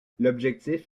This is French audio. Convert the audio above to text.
l’objectif